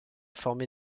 formé